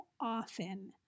often